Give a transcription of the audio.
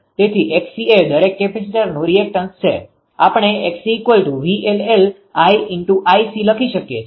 તેથી 𝑋𝐶 એ દરેક કેપેસિટરનુ રીએકટન્સ છે આપણે 𝑋𝐶𝑉𝐿−𝐿𝐼𝐶 લખી શકીએ છીએ